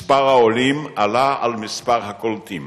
מספר העולים עלה על מספר הקולטים.